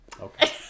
Okay